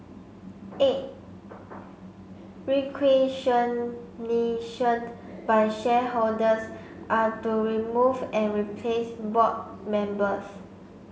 eight by shareholders are to remove and replace board members